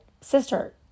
sister